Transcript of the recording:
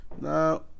Now